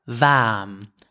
warm